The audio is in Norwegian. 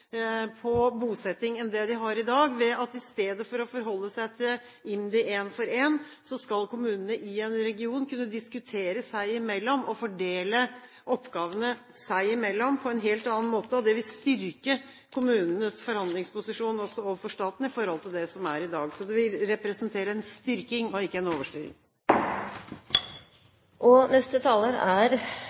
på bosetting enn det de har i dag, ved at i stedet for å forholde seg til IMDi en for en skal kommunene i en region kunne diskutere seg imellom og fordele oppgavene seg imellom, på en helt annen måte. Det vil styrke kommunenes forhandlingsposisjon overfor staten i forhold til det som er i dag. Så det vil representere en styrking og ikke en overstyring. Per-Willy Amundsen har hatt ordet to ganger og